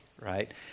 right